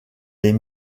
les